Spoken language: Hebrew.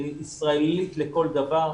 היא ישראלית לכל דבר,